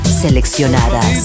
Seleccionadas